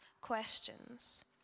questions